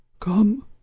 come